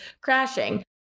crashing